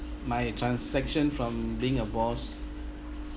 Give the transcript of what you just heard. my transaction from being a boss